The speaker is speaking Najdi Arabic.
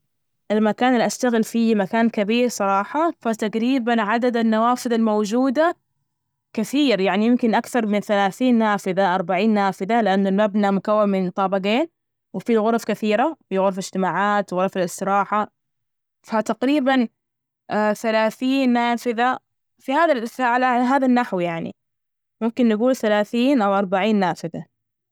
المكان اللي أشتغل فيه مكان كبير صراحة، فتجريبا عدد النوافذ الموجودة كثير يعني يمكن أكثر من ثلاثين نافذة، اربعين نافذة، لأن المبنى مكون من طابجين وفي الغرف كثيرة في غرفة اجتماعات وغرف الاستراحة، فتقريبا ثلاثين نافذة في، على هذا النحو يعني ممكن نجول ثلاثين أو اربعين نافذة.